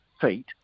feet